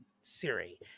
Siri